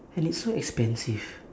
and it's so expensive